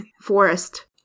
forest